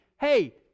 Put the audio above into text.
hey